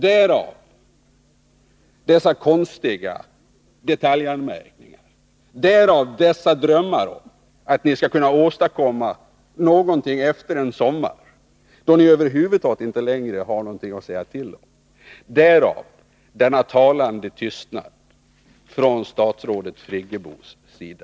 Därav dessa konstiga detaljanmärkningar, därav dessa drömmar om att ni skall kunna åstadkomma någonting efter en sommar, då ni över huvud taget inte längre har någonting att säga till om, därav denna talande tystnad från statsrådet Friggebos sida.